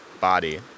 body